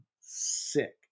sick